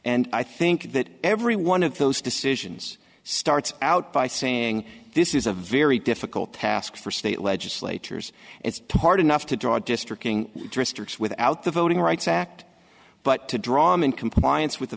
and i think that every one of those decisions starts out by saying this is a very difficult task for state legislatures it's hard enough to draw district without the voting rights act but to draw in compliance with the